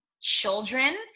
children